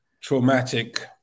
traumatic